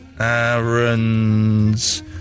Aaron's